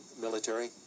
military